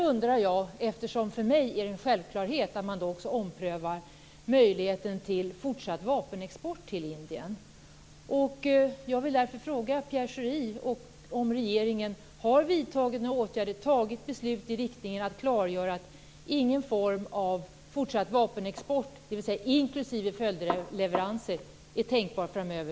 För mig är det en självklarhet att då också ompröva möjligheten till fortsatt vapenexport till Indien är tänkbar framöver.